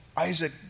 Isaac